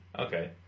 Okay